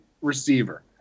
receiver